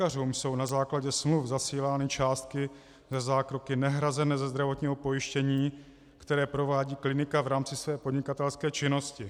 Lékařům jsou na základě smluv zasílány částky za zákroky nehrazené ze zdravotního pojištění, které provádí klinika v rámci své podnikatelské činnosti.